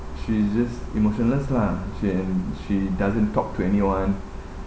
she is just emotionless lah she and she doesn't talk to anyone